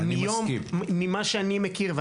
אני מנכ"ל עמידר זה שלושה חודשים.